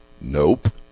nope